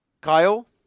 Kyle